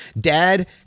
Dad